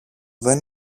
δεν